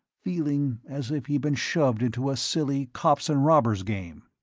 feeling as if he'd been shoved into a silly cops-and-robbers game.